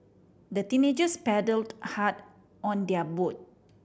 the teenagers paddled hard on their boat